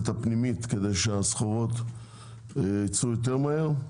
הפנימית כדי שהסחורות ייצאו מהר יותר.